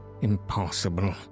Impossible